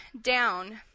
down